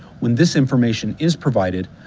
when this information is provided,